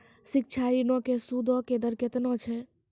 शिक्षा ऋणो के सूदो के दर केतना छै?